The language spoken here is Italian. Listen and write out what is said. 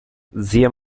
zia